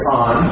on